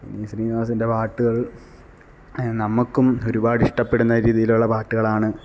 വിനീത് ശ്രീനിവാസന്റെ പാട്ടുകള് നമുക്കും ഒരുപാട് ഇഷ്ടപ്പെടുന്ന രീതിയിലുള്ള പാട്ടുകളാണ്